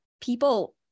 people